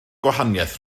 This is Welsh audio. gwahaniaeth